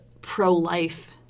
pro-life